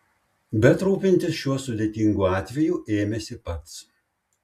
bet rūpintis šiuo sudėtingu atveju ėmėsi pats